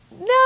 no